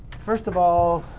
first of all,